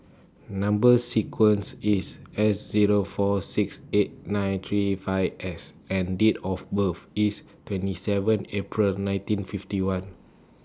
Number sequence IS S Zero four six eight nine three five S and Date of birth IS twenty seven April nineteen fifty one